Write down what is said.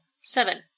Seven